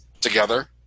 together